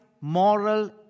moral